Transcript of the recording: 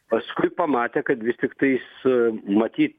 paskui pamatė kad vis tiktais matyt